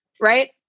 Right